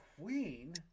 Queen